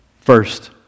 First